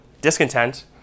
discontent